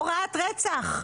הוראת רצח.